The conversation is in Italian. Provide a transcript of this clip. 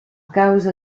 causa